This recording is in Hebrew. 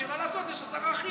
שיש עשרה אחים,